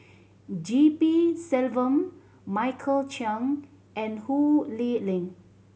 G P Selvam Michael Chiang and Ho Lee Ling